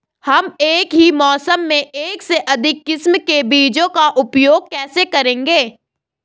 हम एक ही मौसम में एक से अधिक किस्म के बीजों का उपयोग कैसे करेंगे?